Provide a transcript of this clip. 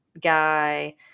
guy